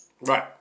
Right